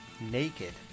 naked